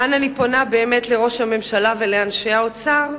כאן אני פונה, באמת, לראש הממשלה ולאנשי האוצר,